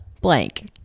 blank